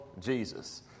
Jesus